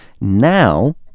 Now